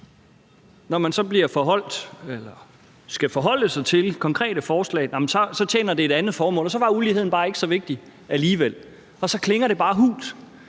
Når man så skal forholde sig til konkrete forslag, jamen så tjener det et andet formål, og så var uligheden bare ikke så vigtig alligevel. Og så klinger det bare hult.